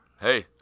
hey